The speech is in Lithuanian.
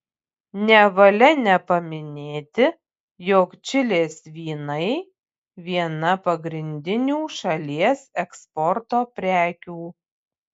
nevalia nepaminėti jog čilės vynai viena pagrindinių šalies eksporto prekių